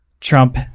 Trump